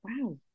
wow